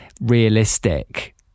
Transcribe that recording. realistic